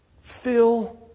fill